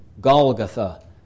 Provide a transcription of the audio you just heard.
Golgotha